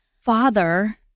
father